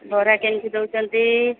ବରା କେମତି ଦେଉଛନ୍ତି